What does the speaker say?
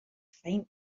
faint